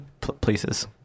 Places